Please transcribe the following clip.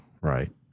right